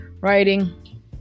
writing